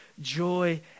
joy